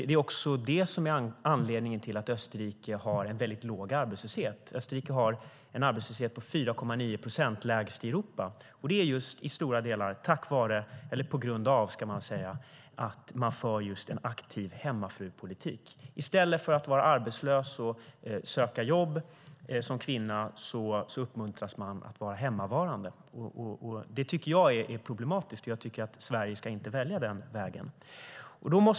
Det är också detta som är anledningen till att Österrike har en väldigt låg arbetslöshet. Österrike har en arbetslöshet på 4,9 procent, vilket är lägst i Europa. Det är till stora delar tack vare - eller på grund av, ska man väl säga - att man för en aktiv hemmafrupolitik. I stället för att som kvinna vara arbetslös och söka jobb uppmuntras man att vara hemma. Det tycker jag är problematiskt. Sverige ska inte välja den vägen.